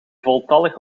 voltallig